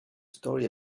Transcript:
story